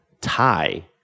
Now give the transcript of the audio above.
tie